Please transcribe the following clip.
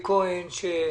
שהם